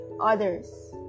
others